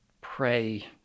pray—